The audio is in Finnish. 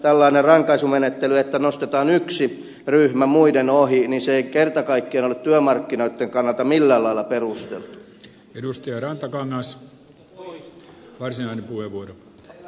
tällainen rankaisumenettely että nostetaan yksi ryhmä muiden ohi ei kerta kaikkiaan ole työmarkkinoitten kannalta millään lailla perusteltu